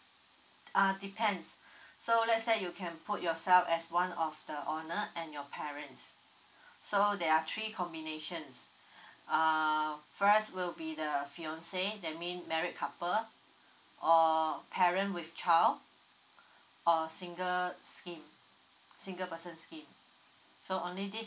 uh depends so let's say you can put yourself as one of the owner and your parents so there are three combinations so um first will be the fiancé that mean married couple or parent with child or single scheme single person scheme so only this